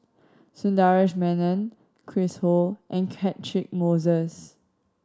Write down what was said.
Sundaresh Menon Chris Ho and Catchick Moses